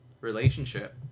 relationship